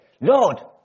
Lord